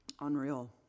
unreal